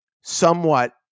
somewhat